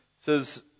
says